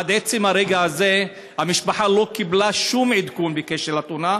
עד עצם הרגע הזה המשפחה לא קיבלה שום עדכון בקשר לתאונה.